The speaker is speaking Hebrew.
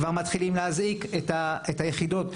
כבר מתחילים להזעיק את היחידות.